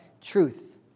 Truth